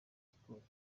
sports